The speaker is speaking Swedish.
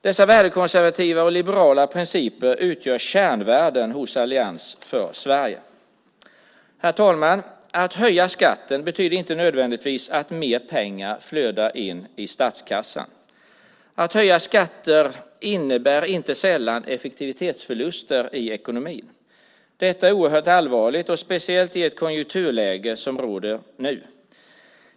Dessa värdekonservativa och liberala principer utgör kärnvärden hos Allians för Sverige. Herr talman! Att höja skatten betyder inte nödvändigtvis att mer pengar flödar in i statskassan. Att höja skatter innebär inte sällan effektivetsförluster i ekonomin. Detta är oerhört allvarligt, speciellt i det konjunkturläge som råder nu.